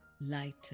lighter